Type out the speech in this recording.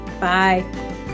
Bye